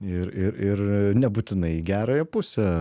ir ir ir nebūtinai į gerąją pusę